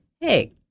hey